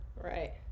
Right